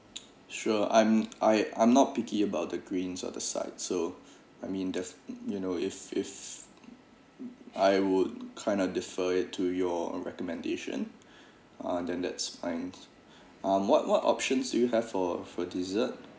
sure I'm I I'm not picky about the greens or the side so I mean def~ you know if if I would kind of defer it to your recommendation ah then that spines um what what options do you have for for dessert